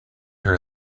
her